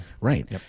right